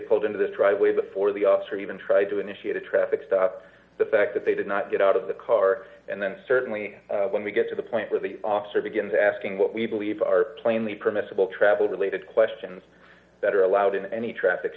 pulled into the driveway before the op her even tried to initiate a traffic stop the fact that they did not get out of the car and then certainly when we get to the point where the officer begins asking what we believe are plainly permissible travel related questions that are allowed in any traffic